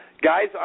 Guys